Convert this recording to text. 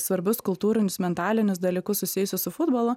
svarbius kultūrinius mentalinius dalykus susijusius su futbolu